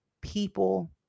people